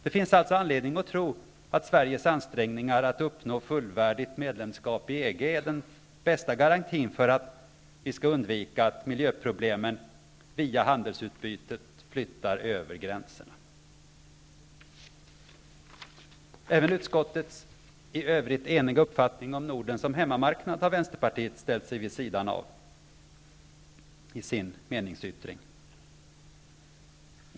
Det finns alltså anledning att tro att Sveriges ansträngningar att uppnå fullvärdigt medlemskap i EG är den bästa garantin för att vi skall undvika att miljöproblemen via handelsutbytet flyttar över gränserna. Även utskottets i övrigt eniga uppfattning om Norden som hemmamarknad har Vänsterpartiet ställt sig vid sidan av i sin meningsyttring.